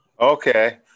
Okay